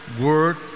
word